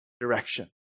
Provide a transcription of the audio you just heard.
direction